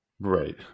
Right